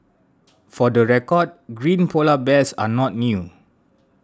for the record green Polar Bears are not new